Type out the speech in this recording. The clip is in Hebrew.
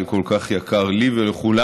שכל כך יקר לי ולכולנו.